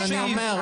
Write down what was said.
זה תמיד יהיה תנאי.